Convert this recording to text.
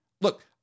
look